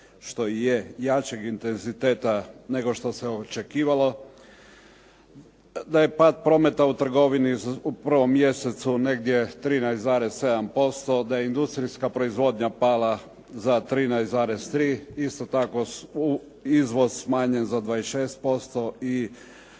što i je jačeg intenziteta nego što se očekivalo, da je pad prometa u trgovini u 1. mjesecu negdje 13,7%, da je industrijska proizvodnja pala za 13,3%, isto tako izvoz smanjen za 26% i